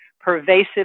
pervasive